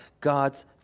God's